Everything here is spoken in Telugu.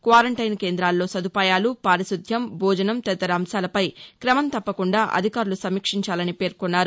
క్వారంటైన్ కేంద్రాల్లో సదుపాయాలు పారిశుద్యం భోజనం తదితర అంశాలపై కమం తప్పకుండా అధికారులు సమీక్షించాలని పేర్కొన్నారు